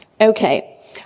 Okay